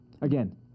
again